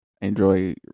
enjoy